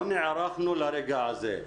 לא נערכנו לרגע הזה.